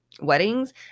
weddings